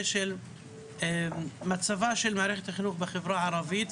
של מצבה מערכת החינוך בחברה הערבית,